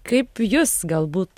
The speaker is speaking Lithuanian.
kaip jus galbūt